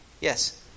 Yes